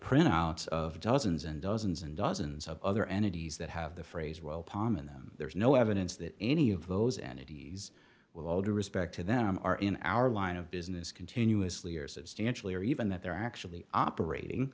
printouts of dozens and dozens and dozens of other entities that have the phrase well palm in them there's no evidence that any of those entities with all due respect to them are in our line of business continuously or substantially or even that they're actually operating